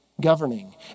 governing